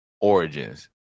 Origins